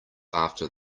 after